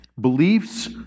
beliefs